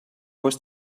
was